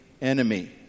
enemy